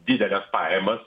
dideles pajamas